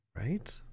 right